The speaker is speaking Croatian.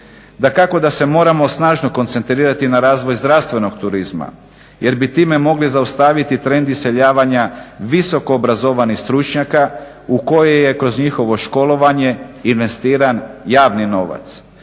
Dakako da se moramo snažno koncentrirati na razvoj zdravstvenog turizma jer bi time mogli zaustaviti trend iseljavanja visoko obrazovanih stručnjaka u koje je kroz njihovo školovanje investiran javni novac.